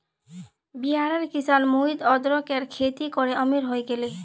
बिहारेर किसान मोहित अदरकेर खेती करे अमीर हय गेले